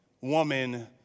woman